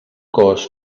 cos